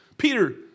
Peter